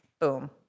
boom